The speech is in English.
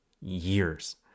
years